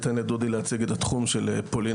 אני אתן לדודי להציג את התחום של פולין